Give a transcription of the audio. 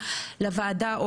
לוועדה,